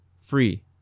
free